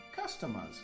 customers